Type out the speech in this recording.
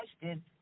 question